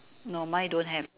no mine don't have